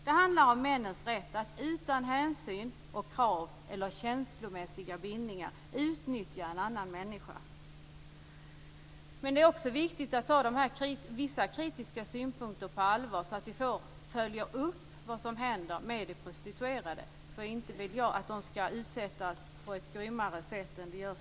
Det handlar om männens rätt att utan hänsyn och krav eller känslomässiga bindningar utnyttja en annan människa. Det är också viktigt att ta vissa kritiska synpunkter på allvar, så att vi får följa upp vad som händer med de prostituerade. Jag vill inte att de skall utsättas på ett grymmare sätt än i dag.